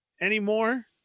anymore